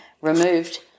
removed